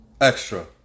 extra